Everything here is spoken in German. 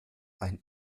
ein